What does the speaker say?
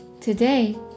Today